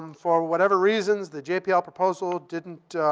um for whatever reasons, the jpl proposal didn't